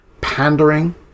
pandering